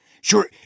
Sure